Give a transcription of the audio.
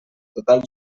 total